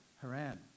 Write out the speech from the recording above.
Haran